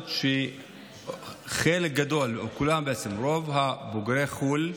חלק גדול, רוב בוגרי חו"ל,